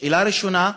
שאלה ראשונה: